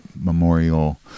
memorial